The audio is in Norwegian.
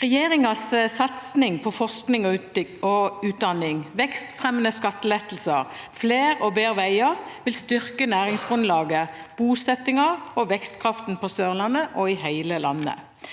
Regjeringens satsing på forskning og utdanning, vekstfremmende skattelettelser og flere og bedre veier vil styrke næringsgrunnlaget, bosettingen og vekstkraften på Sørlandet og i hele landet.